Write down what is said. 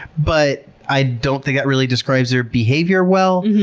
but i don't think it really describes their behavior well.